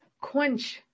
quench